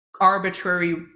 arbitrary